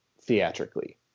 theatrically